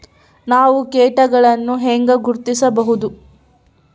ನಾವು ಕೇಟಗಳನ್ನು ಹೆಂಗ ಗುರ್ತಿಸಬಹುದು?